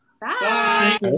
Bye